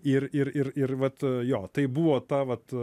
ir ir ir ir vat jo tai buvo ta vat